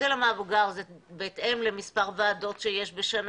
כל בעיה שעולה על ידי נציג הציבור היא בעיה שאנחנו